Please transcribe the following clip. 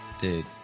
dude